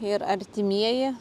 ir artimieji